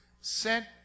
sent